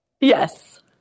Yes